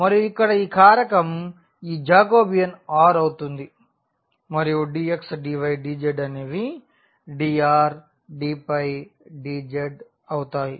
మరియు ఇక్కడ ఈ కారకం ఈ జాకోబియన్ r అవుతుంది మరియు dx dy dz అనేవి dr dϕ dzఅవుతాయి